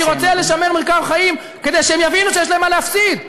אני רוצה לשמר מרקם חיים כדי שהם יבינו שיש להם מה להפסיד.